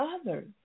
others